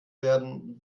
werden